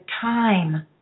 time